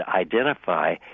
identify